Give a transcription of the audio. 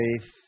faith